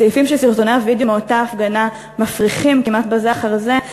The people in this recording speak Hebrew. סעיפים שסרטוני הווידיאו מאותה הפגנה מפריכים כמעט בזה אחר זה,